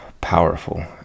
powerful